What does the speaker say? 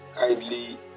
kindly